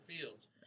fields